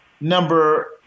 number